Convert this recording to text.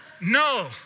No